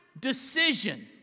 decision